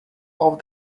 off